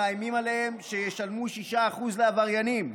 מאיימים עליהם שישלמו 6% לעבריינים.